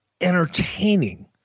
entertaining